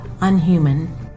unhuman